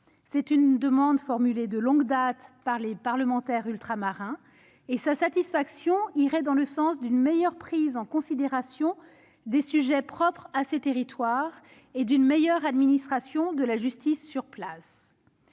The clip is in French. C'est une demande formulée de longue date par les parlementaires ultramarins. Sa satisfaction irait dans le sens d'une meilleure prise en considération des sujets propres à ces territoires et d'une meilleure administration de la justice sur place.